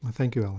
thank you, alan.